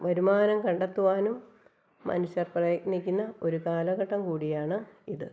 വരുമാനം കണ്ടെത്തുവാനും മനുഷ്യര് പ്രയത്നിക്കുന്ന ഒരു കാലഘട്ടം കൂടിയാണ് ഇത്